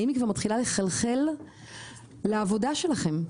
האם היא כבר מתחילה לחלחל לעבודה שלכם?